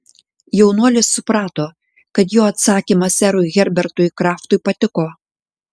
jaunuolis suprato kad jo atsakymas serui herbertui kraftui patiko